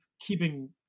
keeping –